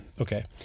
Okay